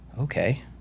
okay